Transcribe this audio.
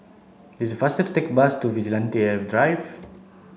it's faster to take the bus to Vigilante Drive